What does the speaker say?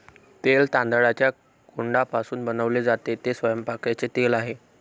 तेल तांदळाच्या कोंडापासून बनवले जाते, ते स्वयंपाकाचे तेल आहे